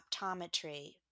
optometry